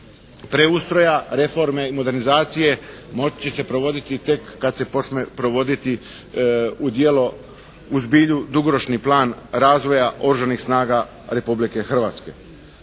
preustroja, reforme, modernizacije moći će se provoditi tek kad se počne provoditi u djelo, u zbilju dugoročni plan razvoja oružanih snaga Republike Hrvatske.